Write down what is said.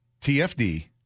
TFD